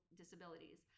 disabilities